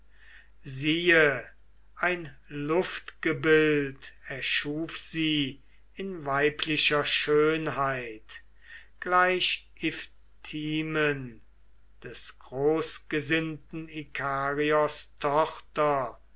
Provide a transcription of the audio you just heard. siehe ein luftgebild erschuf sie in weiblicher schönheit gleich iphthimen des großgesinnten ikarios tochter